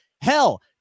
hell